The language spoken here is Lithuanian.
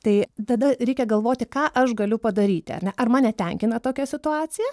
tai tada reikia galvoti ką aš galiu padaryti ar ne ar mane tenkina tokia situacija